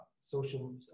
social